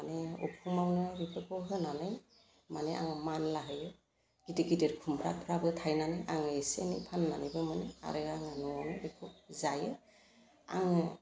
माने उखुमावनो बेफोरखौ होनानै माने आङो मानला होयो गिदिर गिदिर खुमब्राफ्राबो थायनानै आङो एसे एनै फान्नानैबो मोनो आरो आङो न'वावनो बेखौ जायो आङो